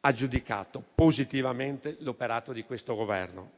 ha giudicato positivamente l'operato del Governo.